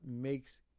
makes